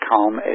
Calm